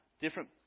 different